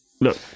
look